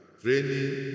training